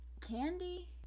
Candy